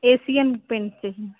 Asian paint चाहिए